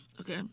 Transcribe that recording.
Okay